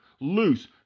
loose